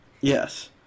yes